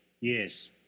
Yes